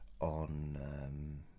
on